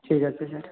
ଠିକ୍ ଅଛି ସାର୍